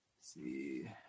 see